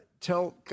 tell